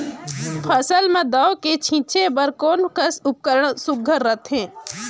फसल म दव ई छीचे बर कोन कस उपकरण सुघ्घर रथे?